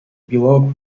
below